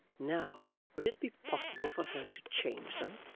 now would it be possible for her to change them?